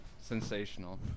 sensational